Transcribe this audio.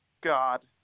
God